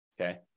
Okay